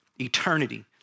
eternity